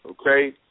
okay